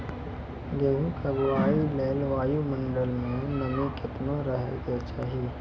गेहूँ के बुआई लेल वायु मंडल मे नमी केतना रहे के चाहि?